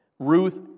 Ruth